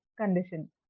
condition